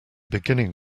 beginning